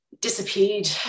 disappeared